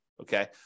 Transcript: Okay